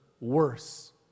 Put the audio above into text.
Worse